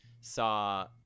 saw